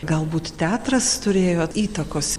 galbūt teatras turėjo įtakos